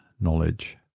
knowledge